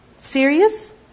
serious